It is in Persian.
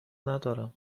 ندارم